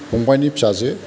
फंबाइनि फिसाजो